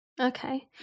Okay